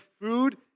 food